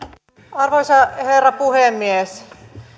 arvoisa herra puhemies me